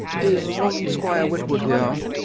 is one squire witwoud here?